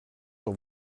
sur